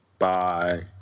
Bye